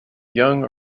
young